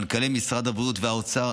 מנכ"לי משרד הבריאות והאוצר,